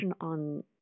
on